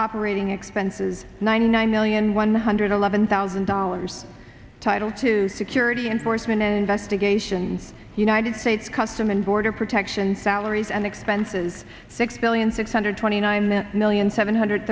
operating expenses ninety nine million one hundred eleven thousand dollars title two security enforcement investigations unit and states customs and border protection salaries and expenses six billion six hundred twenty nine million seven hundred